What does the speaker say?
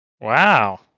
Wow